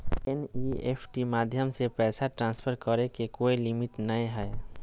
NEFT माध्यम से पैसा ट्रांसफर करे के कोय लिमिट नय हय